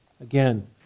Again